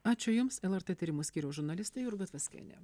ačiū jums lrt tyrimų skyriaus žurnalistė jurga tvaskienė